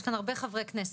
יש כאן הרבה חברי כנסת,